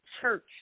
church